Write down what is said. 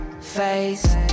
face